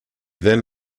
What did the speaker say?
then